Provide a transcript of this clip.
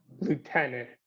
Lieutenant